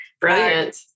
brilliant